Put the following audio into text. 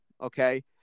okay